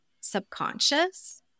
subconscious